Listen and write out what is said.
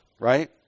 right